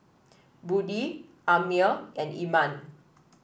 Budi Ammir and Iman